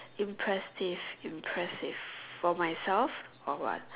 impressive impressive for myself or what